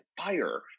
fire